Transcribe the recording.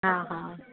हा हा